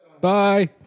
Bye